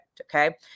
Okay